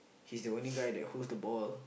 he's the only guy that holds the ball